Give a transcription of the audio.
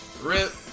Rip